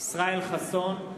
ישראל חסון,